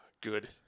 Good